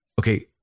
Okay